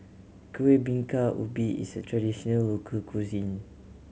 Kuih Bingka Ubi is a traditional local cuisine